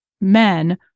men